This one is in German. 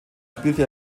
spielte